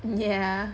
yeah